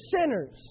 sinners